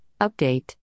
update